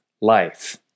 life